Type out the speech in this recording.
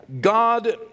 God